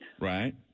Right